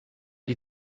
die